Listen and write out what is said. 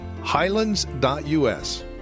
Highlands.us